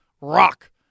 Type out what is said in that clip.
rock